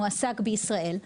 מועסק בישראל,